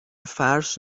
فرش